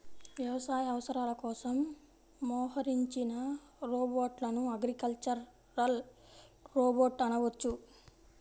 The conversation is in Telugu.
వ్యవసాయ అవసరాల కోసం మోహరించిన రోబోట్లను అగ్రికల్చరల్ రోబోట్ అనవచ్చు